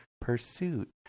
pursuit